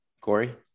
Corey